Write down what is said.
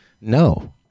No